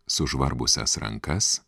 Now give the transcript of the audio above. sužvarbusias rankas